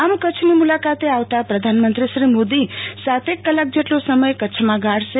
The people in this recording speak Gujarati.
આમ કચ્છની મુલાકાતે આવતા પ્રધાન્મ્નાત્રી શ્રી મોદી સાતેક કલાક જેટલો સમય કચ્છમાં ગાળશે